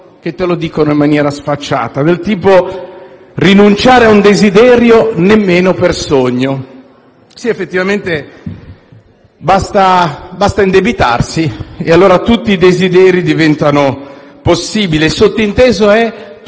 Sì, effettivamente, basta indebitarsi e allora tutti i desideri diventano possibili. Il sottinteso è: